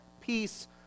peace